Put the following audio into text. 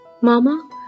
Mama